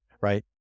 right